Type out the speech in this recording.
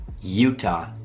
Utah